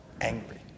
angry